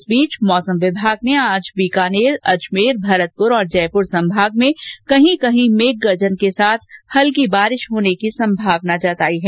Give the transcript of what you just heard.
इस बीच मौसम विभाग ने आज बीकानेर अजमेर भरतपुर और जयपुर संभाग में कहीं कहीं मेघगर्जन के साथ हल्की बारिश होने की संभावना जताई है